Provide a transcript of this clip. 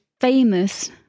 famous